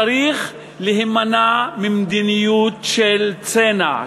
צריך להימנע ממדיניות של צנע,